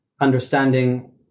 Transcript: understanding